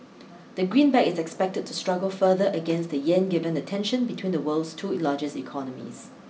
the greenback is expected to struggle further against the yen given the tension between the world's two largest economies